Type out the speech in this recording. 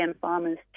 farmers